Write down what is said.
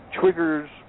triggers